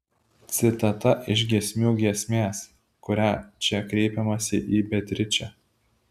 citata iš giesmių giesmės kuria čia kreipiamasi į beatričę